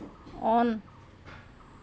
on